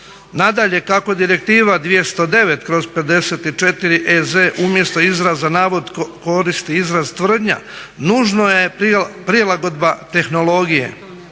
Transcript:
Nadalje, kako direktiva 209/54 EZ umjesto izraza navod koristi izraz tvrdnja nužna je prilagodba tehnologije.